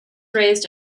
raised